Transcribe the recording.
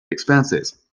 expenses